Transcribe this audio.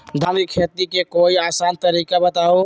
धान के खेती के कोई आसान तरिका बताउ?